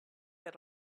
that